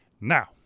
Now